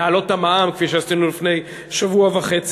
להעלות את המע"מ כפי שעשינו לפני שבוע וחצי.